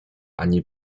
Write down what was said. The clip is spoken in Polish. ani